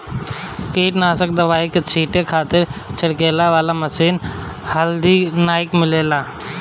कीटनाशक दवाई के छींटे खातिर छिड़के वाला मशीन हाल्दी नाइ मिलेला